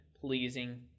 pleasing